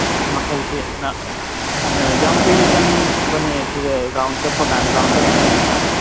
ꯃꯈꯜꯁꯦ ꯑꯗꯨꯅ ꯌꯥꯝ ꯀꯨꯏꯅ ꯆꯪꯕꯅꯦ ꯁꯤꯗ ꯔꯥꯎꯟꯗ ꯆꯠꯄ ꯀꯥꯟꯗ ꯔꯥꯎꯟꯗ ꯆꯠꯂ ꯌꯦꯡꯕ ꯀꯥꯟꯗ